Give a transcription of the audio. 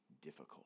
difficult